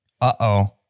Uh-oh